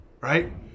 Right